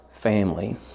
family